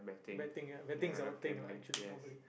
betting ya betting's our thing lah actually normally